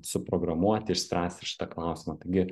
suprogramuoti išspręsti šitą klausimą taigi